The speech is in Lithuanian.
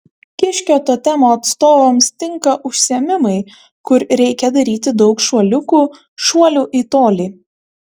kiškio totemo atstovams tinka užsiėmimai kur reikia daryti daug šuoliukų šuolių į tolį